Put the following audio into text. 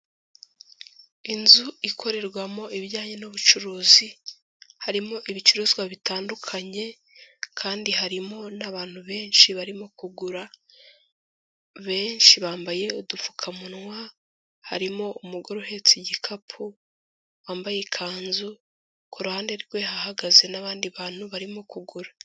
Inzu ikorerwamo ibijyanye n'ubucuruzi, harimo ibicuruzwa bitandukanye kandi harimo n'abantu benshi barimo kugura, benshi bambaye udupfukamunwa, harimo umugore uhetse igikapu, wambaye ikanzu, ku ruhande rwe hahagaze n'abandi bantu barimo kugura.